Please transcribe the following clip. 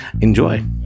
Enjoy